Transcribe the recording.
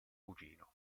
cugino